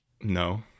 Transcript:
no